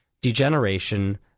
degeneration